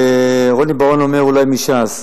--- רוני בר-און אומר: אולי מש"ס.